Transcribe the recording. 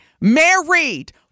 Married